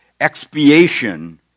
expiation